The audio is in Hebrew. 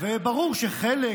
וברור שחלק